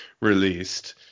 released